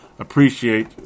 Appreciate